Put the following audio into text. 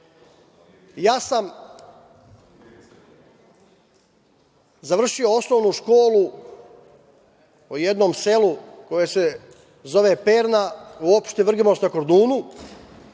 Ja sam završio osnovnu školu u jednom selu koje se zove Perna u opštini Vrginmost na Kordunu,